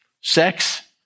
sex